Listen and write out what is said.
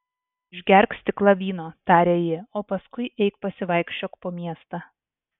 išgerk stiklą vyno tarė ji o paskui eik pasivaikščiok po miestą